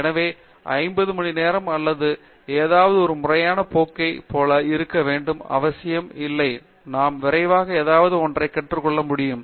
எனவே 50 மணிநேரம் அல்லது ஏதாவது ஒரு முறையான போக்கைப் போல் இருக்க வேண்டிய அவசியம் இல்லை நாம் விரைவாக ஏதாவது ஒன்றை கற்றுக்கொள்ள முடியும்